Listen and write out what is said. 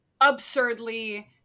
absurdly